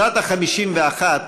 שנת ה-51,